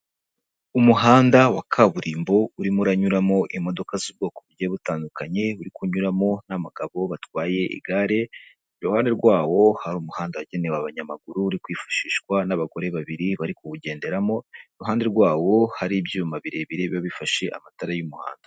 Umuhanda wa kaburimbo urimo uranyuramo imodoka z'ubwoko bugiye butandukanye, uri kunyuramo n'abagabo batwaye igare, iruhande rwawo hari umuhanda wagenewe abanyamaguru uri kwifashishwa n'abagore babiri bari ku wugenderamo, iruhande rwawo hari ibyuma birebire biba bifashe amatara y'umuhanda.